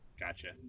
Gotcha